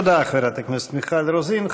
תודה, חברת הכנסת מיכל רוזין.